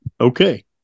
okay